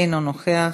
אינו נוכח,